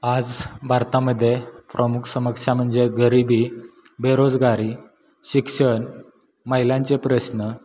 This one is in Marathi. आज भारतामध्ये प्रमुख समस्या म्हणजे गरिबी बेरोजगारी शिक्षण महिलांचे प्रश्न